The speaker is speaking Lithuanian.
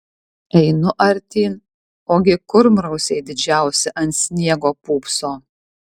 einu artyn ogi kurmrausiai didžiausi ant sniego pūpso